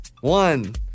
one